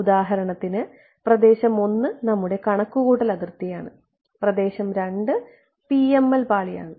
ഉദാഹരണത്തിന് പ്രദേശം 1 നമ്മുടെ കണക്കുകൂട്ടൽ അതിർത്തിയാണ് പ്രദേശം 2 PML പാളി ആണ്